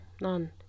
None